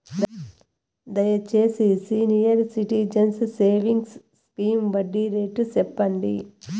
దయచేసి senior citizens savings scheme వడ్డీ rate సెప్పండి